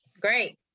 Great